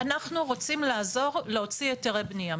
אנחנו רוצים לעזור להוציא היתרי בנייה.